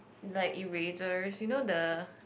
like erasers you know the